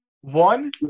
One